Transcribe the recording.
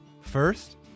First